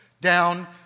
down